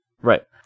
Right